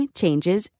changes